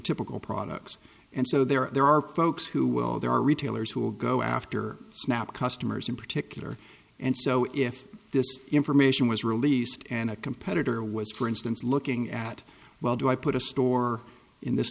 typical products and so there are folks who will there are retailers who will go after now customers in particular and so if this information was released and a competitor was for instance looking at well do i put a store in this